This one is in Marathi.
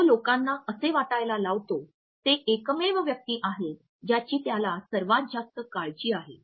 तो लोकांना असे वाटायला लावतो ते एकमेव व्यक्ती आहेत ज्याची त्याला सर्वात जास्त काळजी आहे